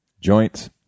Joints